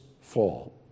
fall